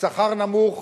שכר נמוך,